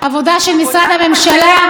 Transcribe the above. עבודה של משרד הממשלה,